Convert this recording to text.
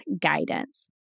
guidance